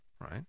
right